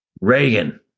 Reagan